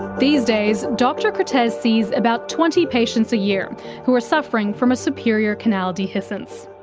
these days, dr kertesz sees about twenty patients a year who are suffering from a superior canal dehiscence.